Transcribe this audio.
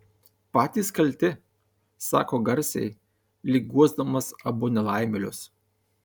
patys kalti sako garsiai lyg guosdamas abu nelaimėlius